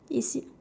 is it